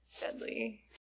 deadly